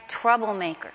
troublemakers